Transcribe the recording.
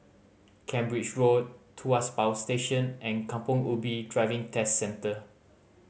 Cambridge Road Tuas Power Station and Kampong Ubi Driving Test Centre